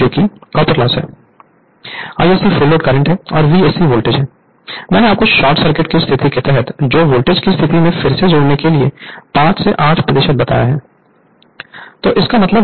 Isc full load current है और Vsc voltage है मैंने आपको शॉर्ट सर्किट की स्थिति के तहत लो वोल्टेज की स्थिति में फिर से जोड़ने के लिए 5 से 8 प्रतिशत बताया है